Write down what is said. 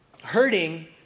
hurting